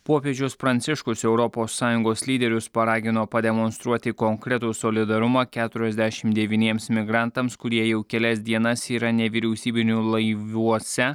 popiežius pranciškus europos sąjungos lyderius paragino pademonstruoti konkretų solidarumą keturiasdešim devyniems migrantams kurie jau kelias dienas yra nevyriausybinių laiviuose